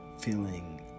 feeling